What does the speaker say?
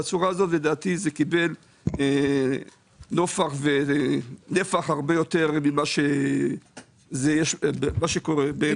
לדעתי זה קיבל נפח הרבה יותר ממה שקורה באמת.